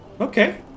okay